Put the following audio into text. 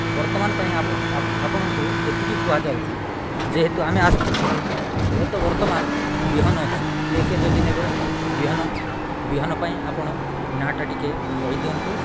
ବର୍ତ୍ତମାନ ପାଇଁ ଆପଣଙ୍କୁ ଏତିକି କୁହାଯାଉଛି ଯେହେତୁ ଆମେ ଆସୁଛୁ ଏବେ ତ ବର୍ତ୍ତମାନ ବିହନ ଅଛି କିଏ କିଏ ଯଦି ନେବେ ବିହନ ବିହନ ପାଇଁ ଆପଣ ନାଁଟା ଟିକିଏ କହିଦିଅନ୍ତୁ